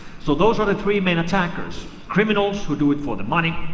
so those are the three main attackers criminals who do it for the money,